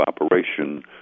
operation